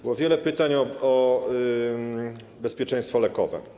Było wiele pytań o bezpieczeństwo lekowe.